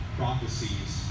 prophecies